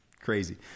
crazy